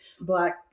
Black